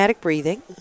Breathing